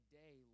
day